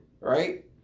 Right